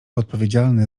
odpowiedzialne